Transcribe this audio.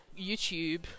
YouTube